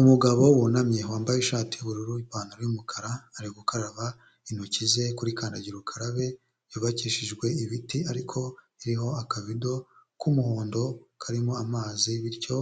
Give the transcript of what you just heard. Umugabo wunamye wambaye ishati y'ubururu n'ipantaro y'umukara, ari gukaraba intoki ze kuri kandagira ukarabe yubakishijwe ibiti ariko iriho akabido k'umuhondo karimo amazi bityo